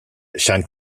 scheint